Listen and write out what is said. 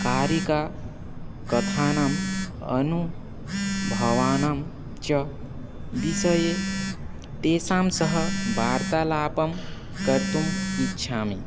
कारिक कथानाम् अनुभवानां च विषये तेषां सह बार्तालापं कर्तुम् इच्छामि